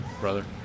Brother